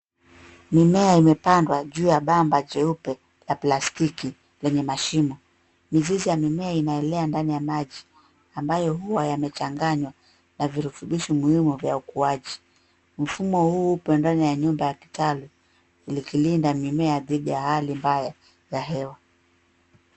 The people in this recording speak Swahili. Mimea imepandwa juu ya bomba jeupe ya plastiki yenye mashimo. Mizizi ya mimea inaelea ndani ya maji ambayo huwa yamechanganywa na virutubisho muhimu cha ukuaji. Mfumo huu upo ndani ya nyumba ya kitaru ikilinda mimea dhidi ya hali mbaya ya hewa.